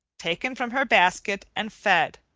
taken from her basket, and fed.